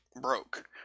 broke